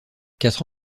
quatre